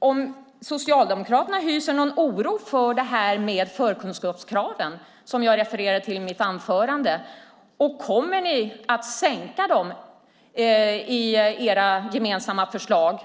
Hyser Socialdemokraterna någon oro för förkunskapskraven, som jag refererade till i mitt anförande? Kommer ni att sänka förkunskapskraven i era gemensamma förslag